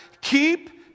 keep